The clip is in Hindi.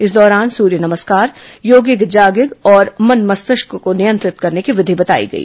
इस दौरान सूर्य नमस्कार योगिग जागिग और मन मस्तिष्क को नियंत्रित करने की विधि बताई गई